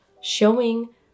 showing